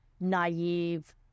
naive